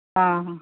ହଁ